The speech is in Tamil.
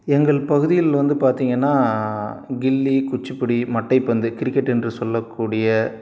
எங்கள் பகுதியில் வந்து பார்த்தீங்கன்னா கில்லி குச்சிப்பிடி மட்டைப்பந்து கிரிக்கெட்டு என்று சொல்லக்கூடிய